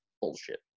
bullshit